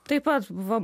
taip pat buvo